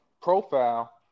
profile